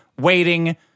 waiting